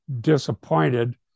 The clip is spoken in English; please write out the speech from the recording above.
disappointed